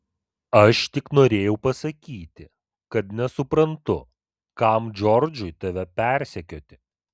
aš tik norėjau pasakyti kad nesuprantu kam džordžui tave persekioti